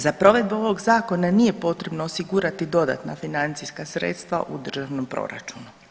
Za provedbu ovog zakona nije potrebno osigurati dodatna financijska sredstva u državnom proračunu.